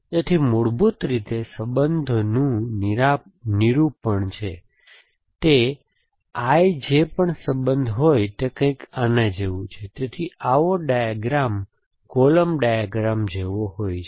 તેથી મૂળભૂત રીતે તે સંબંધનું નિરૂપણ છે તે i જે પણ સંબંધ હોય તે કંઈક આના જેવું છે તેથી આવો ડાયાગ્રામ કૉલમ ડાયાગ્રામ જેવો હોય છે